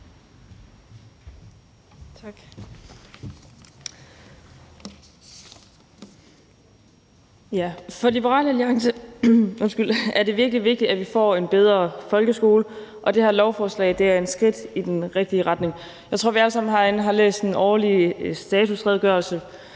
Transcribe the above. For Liberal Alliance er det virkelig vigtigt, at vi får en bedre folkeskole, og det her lovforslag er et skridt i den rigtige retning; jeg tror, vi alle sammen herinde har læst den årlige statusredegørelse,